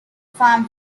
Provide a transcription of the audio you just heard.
farm